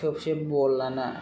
थोबसे बल लाना